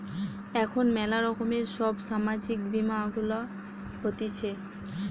এখন ম্যালা রকমের সব সামাজিক বীমা গুলা হতিছে